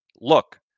Look